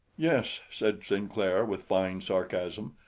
yes, said sinclair with fine sarcasm,